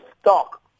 stock